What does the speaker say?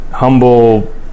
Humble